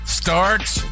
starts